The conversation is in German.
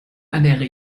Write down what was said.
ernähre